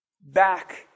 back